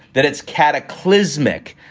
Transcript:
that it's cataclysmic.